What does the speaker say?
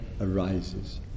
arises